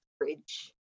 Bridge